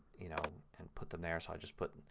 you know and put them there. so i'll just put,